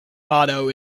motto